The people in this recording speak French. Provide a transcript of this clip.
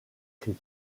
christ